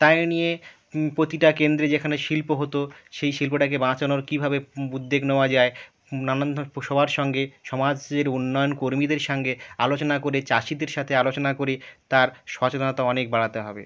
তাই নিয়ে প্রতিটা কেন্দ্রে যেখানে শিল্প হতো সেই শিল্পটাকে বাঁচানোর কীভাবে উদ্যোগ নেওয়া যায় নানান ধর সবার সঙ্গে সমাজের উন্নয়ন কর্মীদের সঙ্গে আলোচনা করে চাষিদের সাথে আলোচনা করে তার সচেতনতা অনেক বাড়াতে হবে